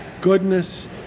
goodness